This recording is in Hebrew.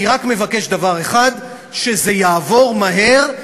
אני רק מבקש דבר אחד: שזה יעבור מהר,